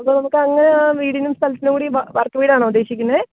അപ്പോള് നമുക്കങ്ങനെ ആ വീടിനും സ്ഥലത്തിനും കൂടി വാർക്ക വീടാണോ ഉദ്ദേശിക്കുന്നത്